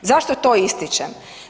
Zašto to ističem?